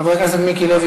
חבר הכנסת מיקי לוי,